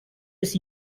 riffs